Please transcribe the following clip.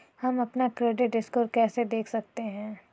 हम अपना credit score कैसे देख सकते हैं?